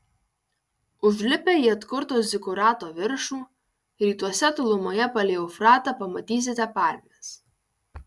užlipę į atkurto zikurato viršų rytuose tolumoje palei eufratą pamatysite palmes